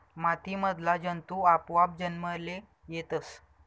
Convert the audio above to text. माती मधला जंतु आपोआप जन्मले येतस